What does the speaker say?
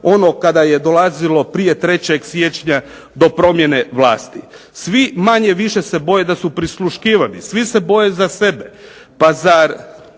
ono kada je dolazilo prije 3. siječnja do promjene vlasti. Svi manje više se boje da su prisluškivani. Svi se boje za sebe. Pa zar